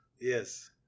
Yes